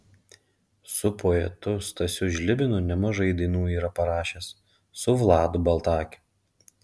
su poetu stasiu žlibinu nemažai dainų yra parašęs su vladu baltakiu